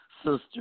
sister